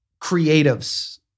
creatives